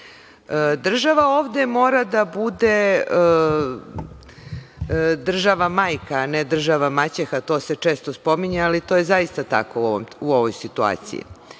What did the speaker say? godina. Država ovde mora da bude država majka, a ne država maćeha, to se često spominje, ali to je zaista tako u ovoj situaciji.